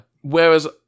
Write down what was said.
Whereas